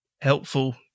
helpful